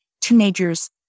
teenagers